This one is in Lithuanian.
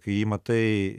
kai jį matai